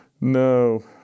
No